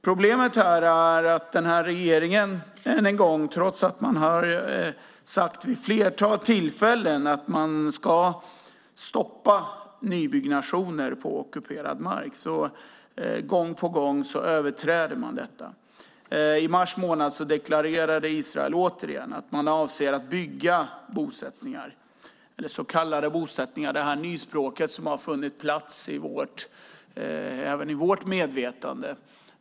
Problemet är att regeringen trots att man vid ett flertal tillfällen har sagt att man ska stoppa nybyggnationer på ockuperad mark gång på gång överträder detta. I mars månad deklarerade Israel återigen att man avser att bygga bosättningar, eller så kallade bosättningar. Detta nyspråk har funnit en plats även i vårt medvetande.